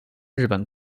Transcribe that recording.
日本